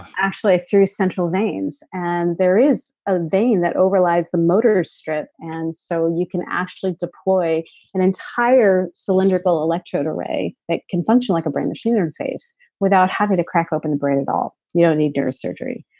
actually through central veins and there is a vein that overlies the motor strip and so you can actually deploy an entire cylindrical electrode array that can function like a brain machine interface without having to crack open the brain at all. you don't need neurosurgery.